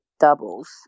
doubles